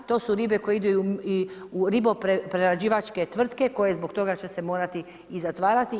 To su ribe koje idu i u riboprerađivačke tvrtke koje zbog toga će se morati i zatvarati.